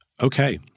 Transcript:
Okay